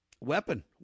weapon